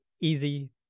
easy